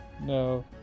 No